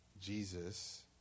Jesus